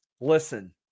Listen